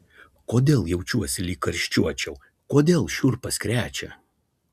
kodėl jaučiuosi lyg karščiuočiau kodėl šiurpas krečia